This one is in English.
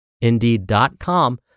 indeed.com